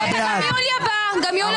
מי נמנע?